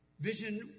vision